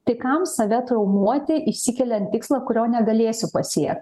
tai kam save traumuoti išsikeliant tikslą kurio negalėsiu pasiekt